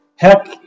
Heck